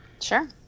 Sure